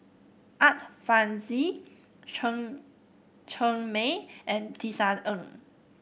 Art Fazil Chen Cheng Mei and Tisa Ng